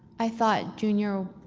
i thought junior